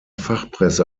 fachpresse